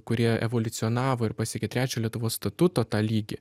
kurie evoliucionavo ir pasiekė trečią lietuvos statuto tą lygį